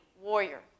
warrior